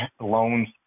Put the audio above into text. loans